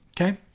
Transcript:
Okay